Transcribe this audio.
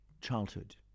childhood